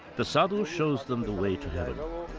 the sadhu shows them the way to